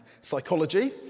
psychology